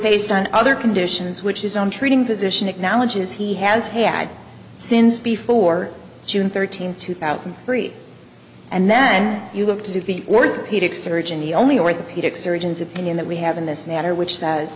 based on other conditions which is on treating physician acknowledges he has had since before june thirteenth two thousand and then you look to the words he took surgeon the only orthopedic surgeons opinion that we have in this matter which says